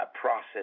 Process